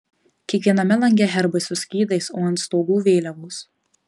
kiekviename lange herbai su skydais o ant stogų vėliavos